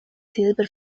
silber